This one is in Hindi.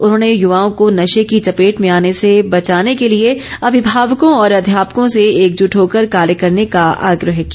उन्होंने युवाओं को नशे की चपेट में आने से बचाने के लिए अभिभावकों और अध्यापकों से एकजुट होकर कार्य करने का आग्रह किया